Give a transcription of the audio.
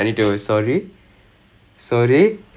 like sorry sorry